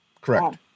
Correct